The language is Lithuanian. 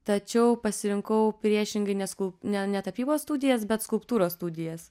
tačiau pasirinkau priešingai nes ne ne tapybos studijas bet skulptūros studijas